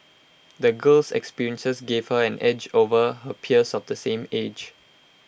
the girl's experiences gave her an edge over her peers of the same age